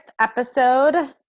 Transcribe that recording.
episode